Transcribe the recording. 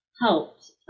helped